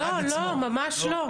לא, ממש לא.